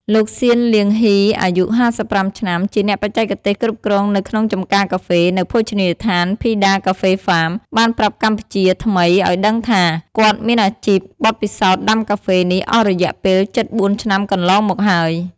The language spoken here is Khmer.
លោក ស៊ាន លាងហុី អាយុ៥៥ឆ្នាំ ជាអ្នកបច្ចេកទេសគ្រប់គ្រងនៅក្នុងចម្ការកាហ្វេ នៅភោជនីយដ្ឋាន ភីដាកាហ្វេហ្វាម បានប្រាប់កម្ពុជាថ្មីឲ្យដឹងថា គាត់មានអាជីពបទពិសោធដាំកាហ្វេនេះអស់រយៈពេលជិត៤ឆ្នាំកន្លងមកហើយ។